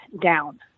down